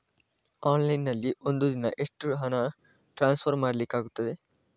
Online ನಲ್ಲಿ ಒಂದು ದಿನ ಎಷ್ಟು ಹಣ ಟ್ರಾನ್ಸ್ಫರ್ ಮಾಡ್ಲಿಕ್ಕಾಗ್ತದೆ?